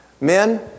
Men